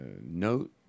note